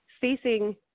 facing